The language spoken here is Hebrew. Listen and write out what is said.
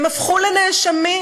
הם הפכו לנאשמים.